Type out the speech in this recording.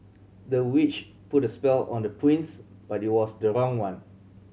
the witch put a spell on the prince but it was the wrong one